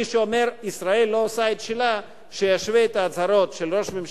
מי שאומר: ישראל לא עושה את שלה,